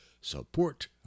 support